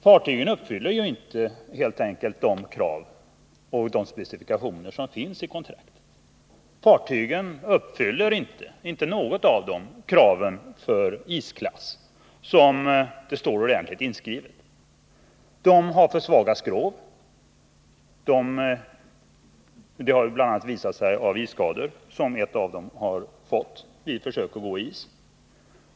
Fartygen uppfyller helt enkelt inte de krav och specifikationer som finns i kontrakten. Inte något av fartygen uppfyller de krav för isklass som står ordentligt inskrivna i kontrakten. De har för svaga skrov. Det har bl.a. visat sig genom isskador som ett av dem fått vid försök att gå i is.